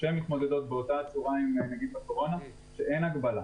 שמתמודדות באותה צורה עם נגיף הקורונה ובהן אין הגבלה.